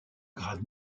grade